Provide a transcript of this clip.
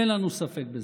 אין לנו ספק בזה.